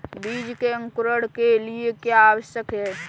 बीज के अंकुरण के लिए क्या आवश्यक है?